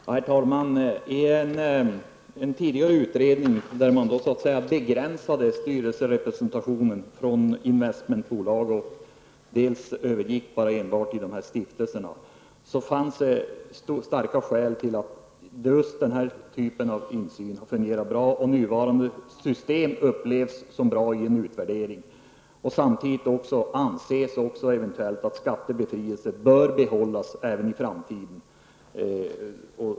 Herr talman! I en tidigare utredning, som ledde till att man begränsade styrelserepresentationen från att också ha omfattat investmentbolag till att enbart avse stiftelserna, anfördes starka belägg för att denna typ av insyn har fungerat bra. En utvärdering visar också att nuvarande system fungerar väl. Den pekar också mot att eventuell skattebefrielse bör behållas även i framtiden.